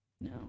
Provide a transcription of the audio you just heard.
no